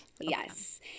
Yes